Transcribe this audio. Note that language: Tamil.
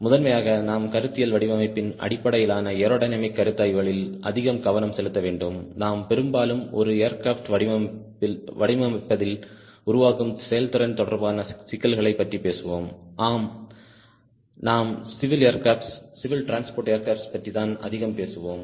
முதன்மையாக நாம் கருத்தியல் வடிவமைப்பின் அடிப்படையிலான ஏரோடையனமிக் கருத்தாய்வுகளில் அதிகம் கவனம் செலுத்த வேண்டும் நாம் பெரும்பாலும் ஒரு ஏர்கிராப்ட் வடிவமைப்பதில் உருவாகும் செயல்திறன் தொடர்பான சிக்கல்களைப் பற்றி பேசுவோம் ஆம் நாம் civil aircrafts civil transport aircrafts பற்றி தான் அதிகம் பேசுவோம்